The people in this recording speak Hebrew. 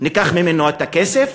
ניקח ממנו את הכסף,